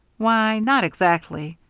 why, not exactly.